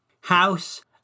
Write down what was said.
house